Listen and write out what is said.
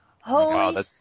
Holy